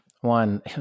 One